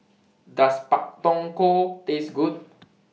Does Pak Thong Ko Taste Good